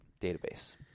database